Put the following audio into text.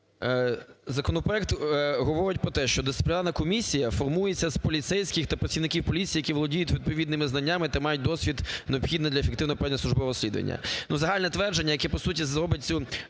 Законопроект говорить про те, що дисциплінарна комісія формується з поліцейських та працівників поліції, які володіють відповідними знаннями та мають досвід, необхідний для ефективного проведення службового розслідування. Ну, загальне твердження, яке, по суті, зробить цю